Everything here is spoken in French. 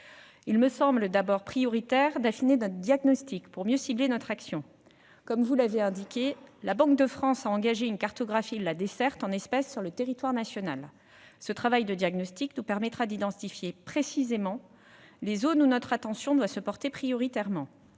il me semble prioritaire d'affiner notre diagnostic pour mieux cibler notre action. Comme vous l'avez noté, la Banque de France a engagé une cartographie de la desserte en espèces sur le territoire national. Ce travail de diagnostic nous permettra d'identifier précisément les zones où notre attention doit se porter prioritairement.